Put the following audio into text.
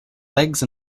legs